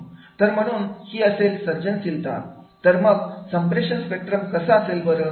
तर म्हणून ही असेल सर्जनशीलता तर मग संप्रेषण स्पेक्ट्रम कसा असेल बरं